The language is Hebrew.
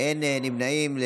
נמנעים.